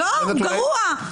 לא, הוא גרוע.